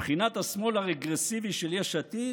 מבחינת השמאל הרגרסיבי של יש עתיד,